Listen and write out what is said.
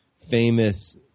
famous